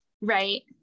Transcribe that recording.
Right